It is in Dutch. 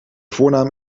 voornaam